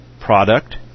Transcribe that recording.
product